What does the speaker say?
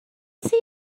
see